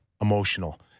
emotional